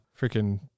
freaking